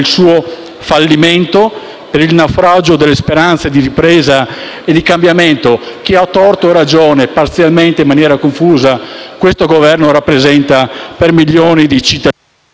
fallimento, per il naufragio delle speranze di ripresa e di cambiamento. A torto o a ragione, parzialmente e in maniera confusa, questo Governo rappresenta milioni di cittadini.